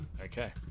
Okay